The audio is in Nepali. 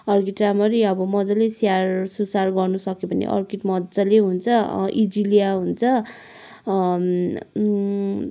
अर्किट राम्ररी अब मजाले स्याहार सुसार गर्नुसक्यो भने अर्किट मजाले हुन्छ एजिलिया हुन्छ